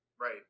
Right